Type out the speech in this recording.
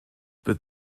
but